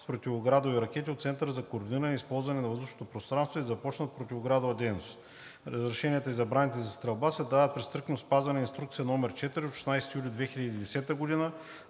с противоградови ракети от Центъра за координиране използването на въздушното пространство и да започнат противоградова дейност. Разрешенията и забраните за стрелба се дават при стриктно спазване на Инструкция № 4 от 16 юли 2010 г. за